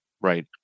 Right